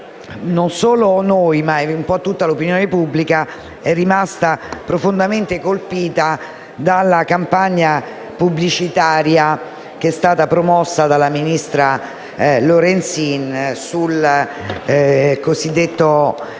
non solo noi, ma tutta l'opinione pubblica è rimasta profondamente colpita dalla campagna pubblicitaria promossa dalla ministra Lorenzin sul cosiddetto